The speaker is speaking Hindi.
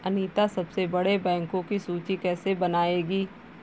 अनीता सबसे बड़े बैंकों की सूची कैसे बनायेगी?